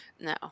no